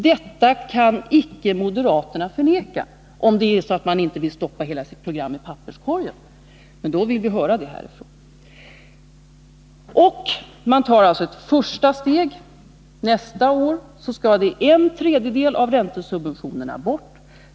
Detta kan icke moderaterna förneka, om de inte vill stoppa hela sitt program i papperskorgen, Men då vill vi höra det härifrån talarstolen. Man tar nu alltså ett första steg. Nästa år skall en tredjedel av räntesubventionerna bort.